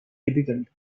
difficult